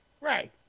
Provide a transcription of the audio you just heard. Right